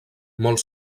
molt